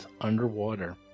underwater